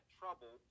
trouble